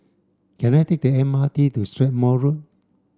can I take the M R T to Strathmore Road